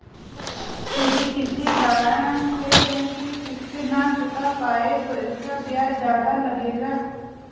यदि किसी कारण से ऋण की किश्त न चुका पाये तो इसका ब्याज ज़्यादा लगेगा?